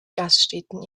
gaststätten